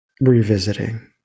revisiting